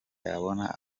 yabona